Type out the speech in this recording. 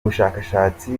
bushakashatsi